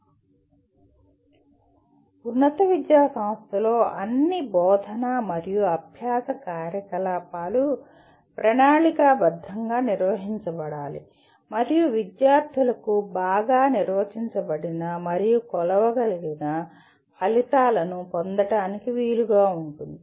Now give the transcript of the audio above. మరియు ఉన్నత విద్యా సంస్థలో అన్ని బోధన మరియు అభ్యాస కార్యకలాపాలు ప్రణాళికాబద్ధంగా నిర్వహించబడాలి మరియు విద్యార్థులకు బాగా నిర్వచించబడిన మరియు కొలవగల ఫలితాలను పొందటానికి వీలుగా ఉంటుంది